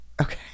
Okay